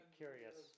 curious